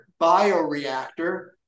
bioreactor